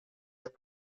ist